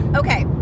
okay